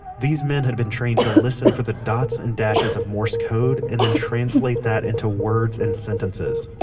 these men had been trained to listen for the dots and dashes of morse code and then translate that into words and sentences.